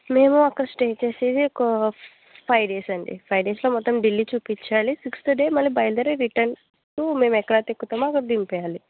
మేము అక్కడ స్టే చేసేది ఒక ఫైవ్ డేస్ అండి ఫైవ్ డేస్లో మొత్తం ఢిల్లీ చూపించాలి సిక్స్త్ డే మళ్ళీ బయలుదేరి రిటర్న్ మేము ఎక్కడ అయితే ఎక్కుతామో అక్కడ దింపేయాలి